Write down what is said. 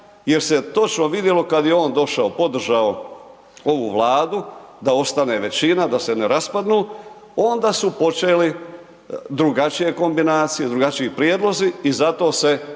jer se točno vidjelo kada je on došao, podržao ovu vladu, da ostane većina, da se ne raspadnu, onda su počeli drugačije kombinacije, drugačiji prijedlozi i zato se čekalo